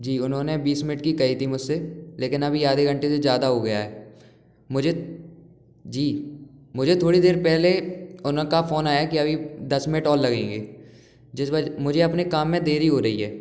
जी उन्होंने बीस मिनट की कही थी मुझसे लेकिन अभी आधे घंटे से ज्यादा हो गया है मुझे जी मुझे थोड़ी देर पहले उनका फोन आया कि अभी दस मिनट और लगेंगे जिस वज मुझे अपने काम में देरी हो रही है